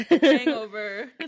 hangover